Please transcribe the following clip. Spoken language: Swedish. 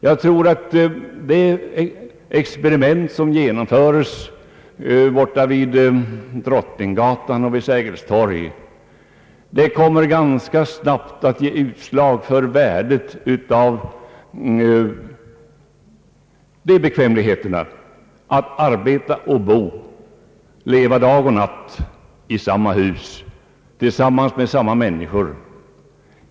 Jag tror att det experiment som genomföres vid Drottninggatan och Sergels torg ganska snabbt kommer att ge utslag beträffande värdet av bekvämligheten att arbeta och bo, leva dag och natt i samma hus, tillsammans med samma människor.